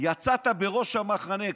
ויצאת בראש המחנה.